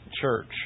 church